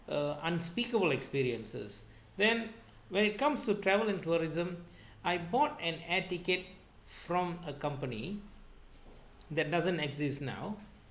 uh unspeakable experiences then when it comes to travel and tourism I bought an air ticket from a company that doesn't exist now